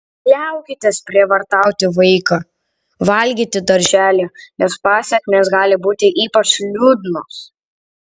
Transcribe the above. liaukitės prievartauti vaiką valgyti darželyje nes pasekmės gali būti ypač liūdnos